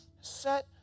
set